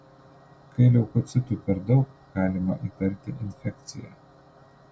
kai leukocitų per daug galima įtarti infekciją